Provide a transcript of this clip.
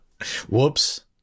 whoops